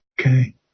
Okay